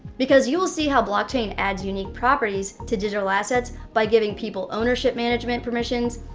because you will see how blockchain adds unique properties to digital assets by giving people ownership, management permissions,